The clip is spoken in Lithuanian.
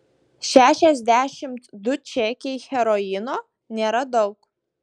šešiasdešimt du čekiai heroino nėra daug